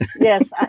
yes